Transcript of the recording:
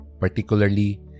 particularly